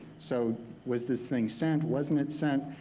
so was this thing sent, wasn't it sent,